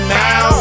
now